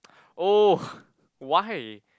oh why